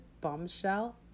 bombshell